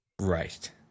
Right